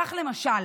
כך למשל